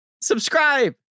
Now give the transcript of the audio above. subscribe